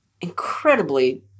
incredibly